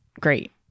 great